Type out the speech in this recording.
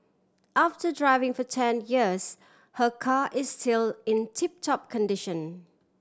after driving for ten years her car is still in tip top condition